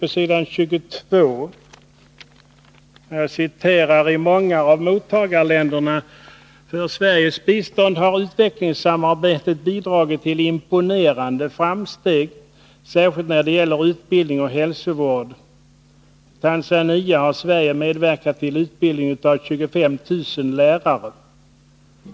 På s. 22 skriver man: ”I många av mottagarländerna för Sveriges bistånd har utvecklingssamarbetet bidragit till imponerande framsteg, särskilt när det gäller utbildning och hälsovård. I Tanzania har Sverige medverkat till utbildning av 25 000 lärare.